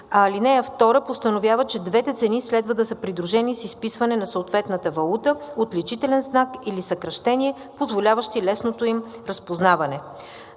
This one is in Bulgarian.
Алинея 2 постановява, че двете цени следва да са придружени с изписване на съответната валута, отличителен знак или съкращение, позволяващи лесното им разпознаване.